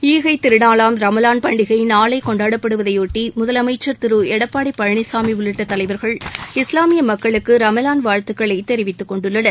ஈகைத் திருநாளாம் ரமலான் பண்டிகை நாளை கொண்டாடப்படுவதை ஒட்டி முதலமைச்சர் திரு எடப்பாடி பழனிசாமி உள்ளிட்ட தலைவர்கள் இஸ்லாமிய மக்களுக்கு ரமலான் வாழ்த்துகளை தெரிவித்துக் கொண்டுள்ளனர்